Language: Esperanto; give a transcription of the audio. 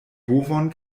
bovon